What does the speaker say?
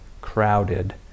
crowded